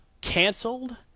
canceled